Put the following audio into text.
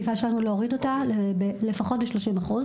השאיפה שלנו להוריד אותה לפחות ב-30%.